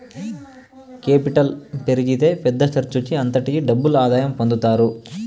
capital పెరిగితే పెద్ద ఖర్చుకి అంతటికీ డబుల్ ఆదాయం పొందుతారు